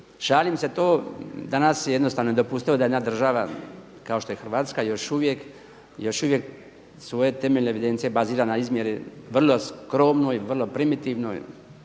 Šalim se to. Danas je jednostavno nedopustivo da jedna država kao što je Hrvatska još uvijek svoje temeljne evidencije bazira na izmjeri vrlo skromnoj i vrlo primitivnoj